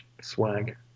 swag